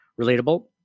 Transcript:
relatable